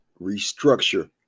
restructure